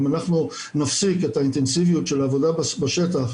אם אנחנו נפסיק את האינטנסיביות של העבודה בשטח,